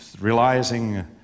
realizing